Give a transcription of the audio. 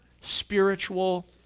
spiritual